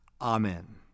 Amen